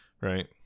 Right